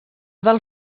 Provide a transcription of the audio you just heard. del